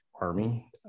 Army